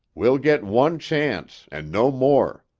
we'll get one chance and no more.